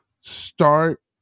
Start